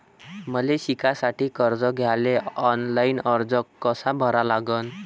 मले शिकासाठी कर्ज घ्याले ऑनलाईन अर्ज कसा भरा लागन?